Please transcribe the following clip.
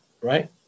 Right